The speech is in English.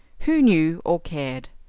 who knew or cared?